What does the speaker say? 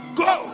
go